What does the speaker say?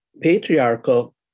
patriarchal